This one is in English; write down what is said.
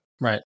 Right